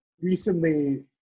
recently